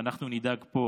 ואנחנו נדאג פה